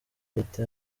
leta